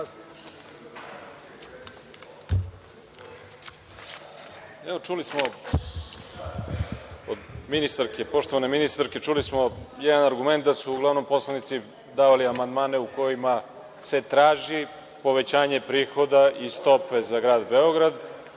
Čuli smo od poštovane ministarke jedan argument da su uglavnom poslanici davali amandmane u kojima se traži povećanje prihoda i stope za grad Beograd,